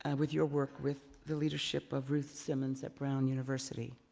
and with your work with the leadership of ruth simmons at brown university.